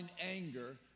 anger